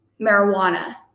marijuana